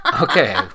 okay